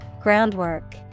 Groundwork